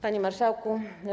Panie Marszałku!